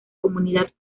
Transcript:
comunidad